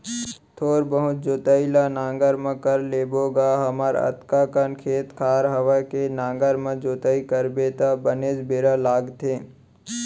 थोर बहुत जोइत ल नांगर म कर लेबो गा हमर अतका कन खेत खार हवय के नांगर म जोइत करबे त बनेच बेरा लागथे